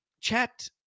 chat